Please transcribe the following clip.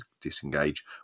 disengage